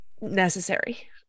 necessary